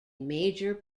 major